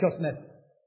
righteousness